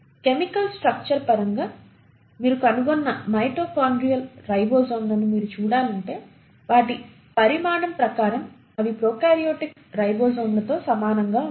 chemical structure పరంగా మీరు కనుగొన్న మైటోకాన్డ్రియల్ రైబోజోమ్లను మీరు చూడాలంటే వాటి పరిమాణం ప్రకారం అవి ప్రొకార్యోటిక్ రైబోజోమ్లతో సమానంగా ఉంటాయి